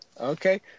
Okay